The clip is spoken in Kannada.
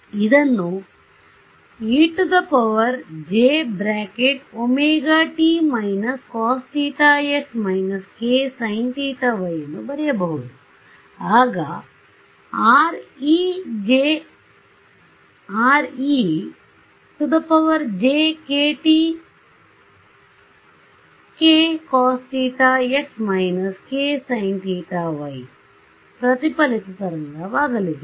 ಆದ್ದರಿಂದ ಇದನ್ನು e j ωt k cos θx k sin θy ಎಂದು ಬರೆಯಬಹುದುಆಗ Re j kt k cos θx k sin θy ಪ್ರತಿಫಲಿತ ತರಂಗವಾಗಲಿದೆ